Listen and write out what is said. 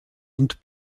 und